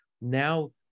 Now